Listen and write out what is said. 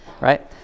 right